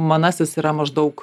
manasis yra maždaug